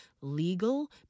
legal